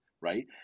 right